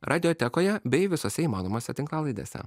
radiotekoje bei visose įmanomose tinklalaidėse